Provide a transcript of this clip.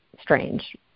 strange